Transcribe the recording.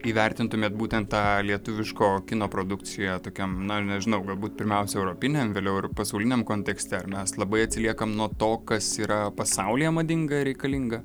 įvertintumėt būtent tą lietuviško kino produkciją tokiam na nežinau galbūt pirmiausia europiniam vėliau ir pasauliniam kontekste ar mes labai atsiliekame nuo to kas yra pasaulyje madinga reikalinga